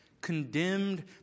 condemned